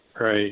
right